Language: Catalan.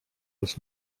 els